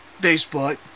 Facebook